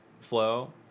flow